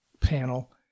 panel